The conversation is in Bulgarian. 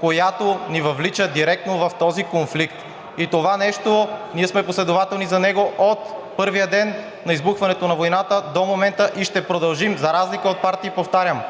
която ни въвлича директно в този конфликт. И за това нещо ние сме последователни – за, от първия ден на избухването на войната до момента и ще продължим, за разлика от партии, повтарям,